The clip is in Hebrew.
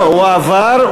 הוא עבר,